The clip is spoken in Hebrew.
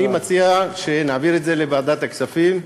אני מציע שנעביר את זה לוועדת הכספים.